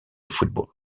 football